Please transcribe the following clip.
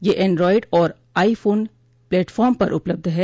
यह एंड्रोइड और iPhone platform पर उपलब्ध है